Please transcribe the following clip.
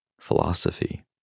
philosophy